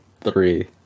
three